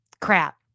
crap